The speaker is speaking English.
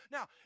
Now